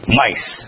mice